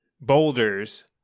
boulders